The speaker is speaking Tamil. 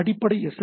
அடிப்படை எஸ்